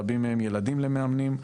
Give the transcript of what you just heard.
רבים מהם ילדים למאמנים.